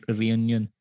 reunion